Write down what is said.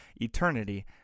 eternity